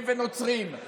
להעביר את זה?